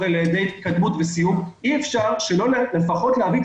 האלה לידי התקדמות וסיום ואי-אפשר שלא לפחות להביא את